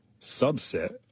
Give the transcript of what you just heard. subset